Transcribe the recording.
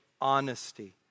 honesty